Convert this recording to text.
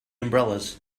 umbrellas